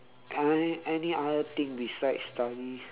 any any other thing besides study